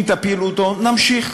אם תפילו אותו, נמשיך